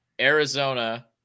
Arizona